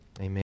Amen